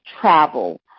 travel